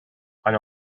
quan